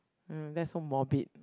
mm that's so morbid